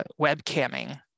webcamming